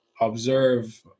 observe